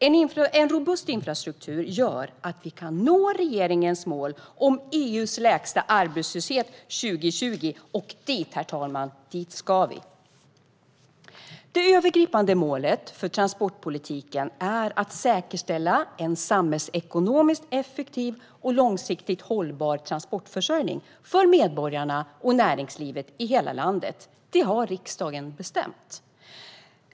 En robust infrastruktur gör att vi kan nå regeringens mål om EU:s lägsta arbetslöshet 2020, och dit ska vi. Det övergripande målet för transportpolitiken är att säkerställa en samhällsekonomiskt effektiv och långsiktigt hållbar transportförsörjning för medborgarna och näringslivet i hela landet. Det har riksdagen bestämt.